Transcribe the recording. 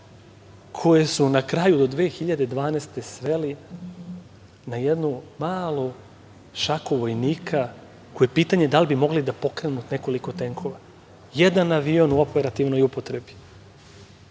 koji su na kraju 2012. godine sveli na jednu malu šaku vojnika, koji je pitanje da li bi mogli da pokrenu nekoliko tenkova. Jedan avion u operativnoj upotrebi.